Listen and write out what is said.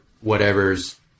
whatever's